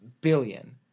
billion